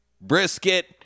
brisket